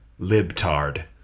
libtard